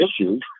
issues